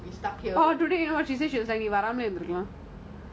then something wouldn't like come in between then we'll happy to have you